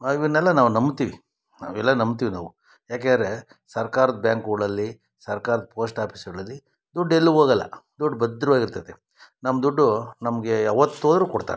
ಇವನ್ನೆಲ್ಲ ನಾವು ನಂಬ್ತೀವಿ ನಾವೆಲ್ಲ ನಂಬ್ತಿವಿ ನಾವು ಯಾಕೇರೆ ಸರ್ಕಾರದ ಬ್ಯಾಂಕುಗಳಲ್ಲಿ ಸರ್ಕಾರದ ಪೋಸ್ಟ್ ಆಫೀಸ್ಗಳಲ್ಲಿ ದುಡ್ಡು ಎಲ್ಲೂ ಹೋಗಲ್ಲ ದುಡ್ಡು ಭದ್ರವಾಗಿರ್ತೈತೆ ನಮ್ಮ ದುಡ್ಡು ನಮಗೆ ಯಾವತ್ತೋದರೂ ಕೊಡ್ತಾರೆ ನಮಗೆ